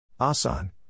Asan